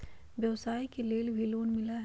व्यवसाय के लेल भी लोन मिलहई?